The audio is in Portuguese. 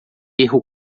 erro